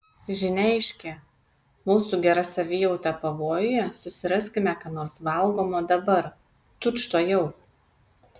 žinia aiški mūsų gera savijauta pavojuje susiraskime ką nors valgomo dabar tučtuojau